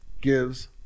gives